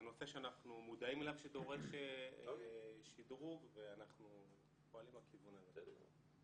זה נושא שאנחנו מודעים לכך שדורש שדרוג ואנחנו פועלים בכיוון הזה.